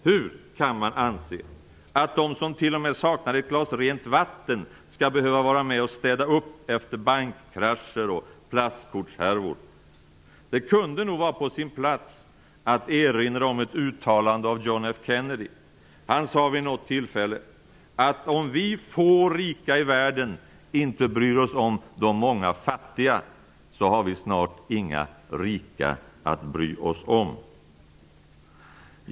Hur kan man anse att de som till och med saknar ett glas rent vatten skall behöva vara med och städa upp efter bankkrascher och plastkortshärvor? Det kunde nog vara på sin plats att erinra om ett uttalande av John F Kennedy. Han sade vid något tillfälle att om vi få rika i världen inte bryr oss om de många fattiga, så har vi snart inga rika att bry oss om.